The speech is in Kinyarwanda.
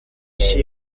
isi